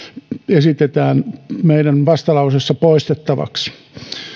esitetään meidän vastalauseessamme poistettavaksi